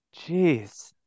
Jeez